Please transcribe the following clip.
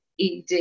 ED